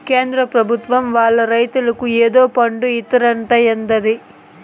కేంద్ర పెభుత్వం వాళ్ళు రైతులకి ఏదో ఫండు ఇత్తందట ఏందది